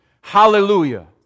Hallelujah